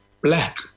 black